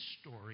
story